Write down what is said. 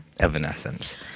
Evanescence